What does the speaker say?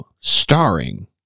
starring